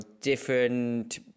different